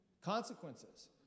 Consequences